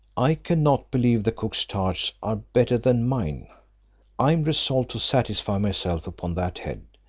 i cannot believe the cook's tarts are better than mine i am resolved to satisfy myself upon that head.